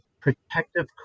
protective